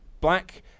Black